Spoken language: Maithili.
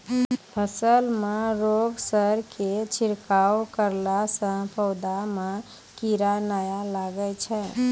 फसल मे रोगऽर के छिड़काव करला से पौधा मे कीड़ा नैय लागै छै?